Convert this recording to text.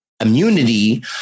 immunity